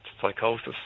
psychosis